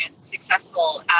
successful